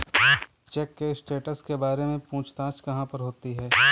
Check के status के बारे में पूछताछ कहाँ पर होती है?